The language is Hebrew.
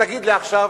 תגיד לי עכשיו,